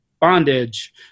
bondage